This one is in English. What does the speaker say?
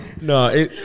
No